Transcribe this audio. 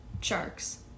sharks